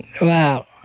Wow